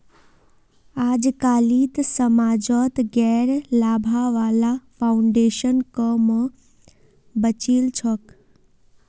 अजकालित समाजत गैर लाभा वाला फाउन्डेशन क म बचिल छोक